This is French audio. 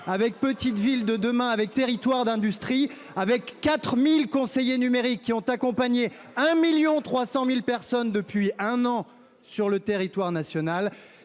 avec Petites Villes de demain avec territoires d'industrie avec 4000 conseillers numériques qui ont accompagné 1.300.000 personnes depuis un an sur le territoire national,